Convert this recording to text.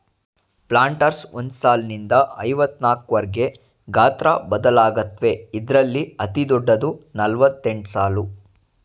planters ಒಂದ್ ಸಾಲ್ನಿಂದ ಐವತ್ನಾಕ್ವರ್ಗೆ ಗಾತ್ರ ಬದಲಾಗತ್ವೆ ಇದ್ರಲ್ಲಿ ಅತಿದೊಡ್ಡದು ನಲವತ್ತೆಂಟ್ಸಾಲು